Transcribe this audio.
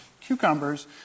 cucumbers